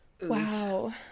Wow